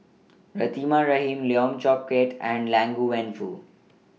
Rahimah Rahim Lim Chong Keat and Liang Wenfu